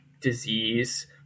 disease